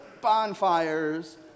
bonfires